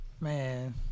Man